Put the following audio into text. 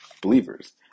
believers